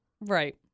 Right